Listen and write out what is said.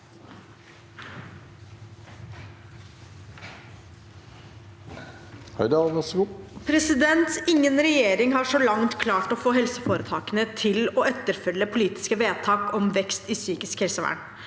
Ingen regjering har så langt klart å få helseforetakene til å etterfølge politiske vedtak om vekst innen psykisk helsevern.